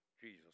Jesus